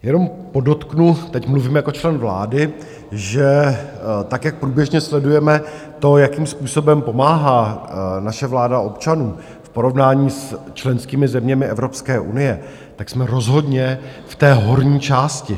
Jenom podotknu, teď mluvím jako člen vlády, že tak jak průběžně sledujeme to, jakým způsobem pomáhá naše vláda občanům v porovnání s členskými zeměmi Evropské unie, tak jsme rozhodně v té horní části.